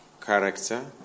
character